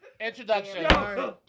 Introduction